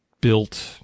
built